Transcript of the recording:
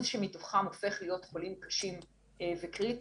מתוכם שהופך להיות חולים קשים וקריטיים,